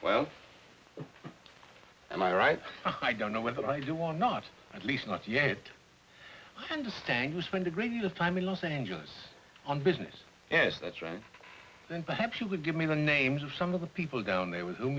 well am i right i don't know what i do or not at least not yet i understand you spent a great deal of time in los angeles on business yes that's right and perhaps you would give me the names of some of the people down there w